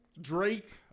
Drake